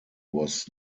was